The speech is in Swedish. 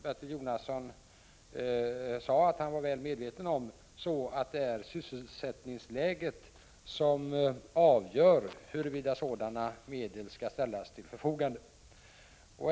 Bertil Jonasson sade själv att han var väl medveten om att det är sysselsättningsläget som avgör huruvida särskilda medel skall ställas till förfogande.